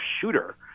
shooter